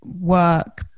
work